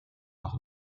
auch